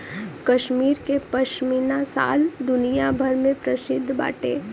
कश्मीर के पश्मीना शाल दुनिया भर में प्रसिद्ध बाटे